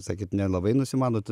sakėt nelabai nusimanot